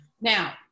Now